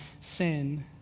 sin